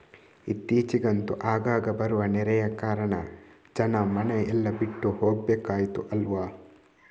ಇತ್ತೀಚಿಗಂತೂ ಆಗಾಗ ಬರುವ ನೆರೆಯ ಕಾರಣ ಜನ ಮನೆ ಎಲ್ಲ ಬಿಟ್ಟು ಹೋಗ್ಬೇಕಾಯ್ತು ಅಲ್ವಾ